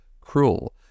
cruel